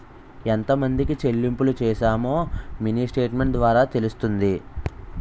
ఎంతమందికి చెల్లింపులు చేశామో మినీ స్టేట్మెంట్ ద్వారా తెలుస్తుంది